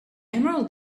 emerald